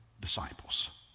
disciples